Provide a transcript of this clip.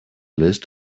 list